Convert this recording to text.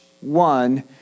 one